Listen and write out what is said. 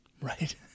right